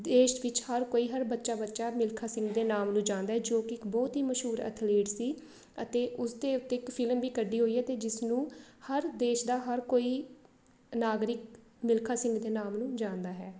ਦੇਸ਼ ਵਿੱਚ ਹਰ ਕੋਈ ਹਰ ਬੱਚਾ ਬੱਚਾ ਮਿਲਖਾ ਸਿੰਘ ਦੇ ਨਾਮ ਨੂੰ ਜਾਣਦਾ ਹੈ ਜੋ ਕਿ ਇੱਕ ਬਹੁਤ ਹੀ ਮਸ਼ਹੂਰ ਅਥਲੀਟ ਸੀ ਅਤੇ ਉਸਦੇ ਉੱਤੇ ਇੱਕ ਫਿਲਮ ਵੀ ਕੱਢੀ ਹੋਈ ਹੈ ਅਤੇ ਜਿਸ ਨੂੰ ਹਰ ਦੇਸ਼ ਦਾ ਹਰ ਕੋਈ ਨਾਗਰਿਕ ਮਿਲਖਾ ਸਿੰਘ ਦੇ ਨਾਮ ਨੂੰ ਜਾਣਦਾ ਹੈ